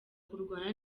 kurwana